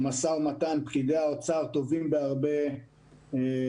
במשא ומתן פקידי האוצר טובים בהרבה מאנשינו.